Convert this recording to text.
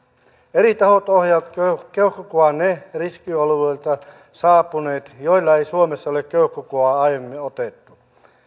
eri tahot ohjaavat keuhkokuvaan ne riskialueilta saapuneet joilta ei suomessa ole keuhkokuvaa aiemmin otettu